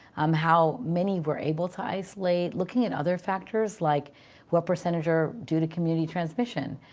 um how many we're able to isolate. looking at other factors, like what percentage are due to community transmission?